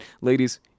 ladies